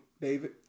David